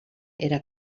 era